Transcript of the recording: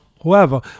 whoever